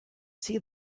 see